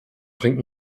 bringt